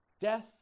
death